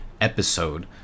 Episode